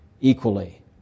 equally